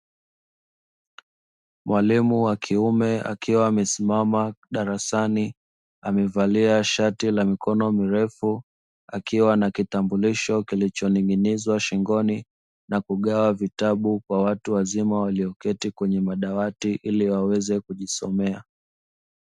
mwalimu wa kiume akiwa amesimama darasani amevalia shati la mikono mirefu akiwa na kitambulisho kilicho ning'inizwa shingioni na kugawa vitabu kwa watu wazima walioketi kwenye madawati ili waweze kujisomea.